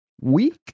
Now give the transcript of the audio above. week